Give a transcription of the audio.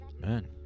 man